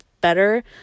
better